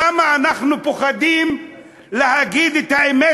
למה אנחנו פוחדים להגיד את האמת,